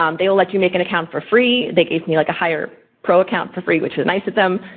um they will let you make an account for free. they gave me like a higher pro account for free which was nice of them.